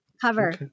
cover